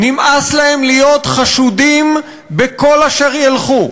נמאס להם להיות חשודים בכל אשר ילכו,